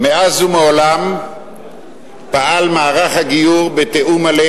מאז ומעולם פעל מערך הגיור בתיאום מלא